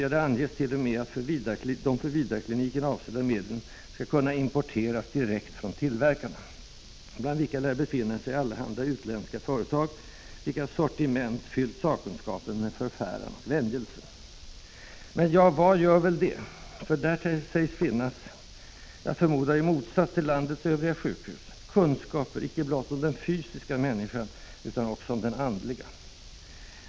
Ja, det anges t.o.m. att de för Vidarkliniken avsedda medlen skall kunna importeras direkt från tillverkarna, bland vilka lär befinna sig allehanda utländska företag, vilkas ”sortiment” fyllt sakkunskapen med förfäran och vämjelse. Men vad gör det? Ty där sägs finnas — jag förmodar i motsats till landets övriga sjukhus — kunskaper inte blott om den fysiska människan utan också om den andliga.